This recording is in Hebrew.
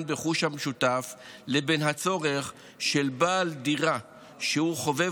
ברכוש המשותף לבין הצורך של בעל דירה שהוא חובב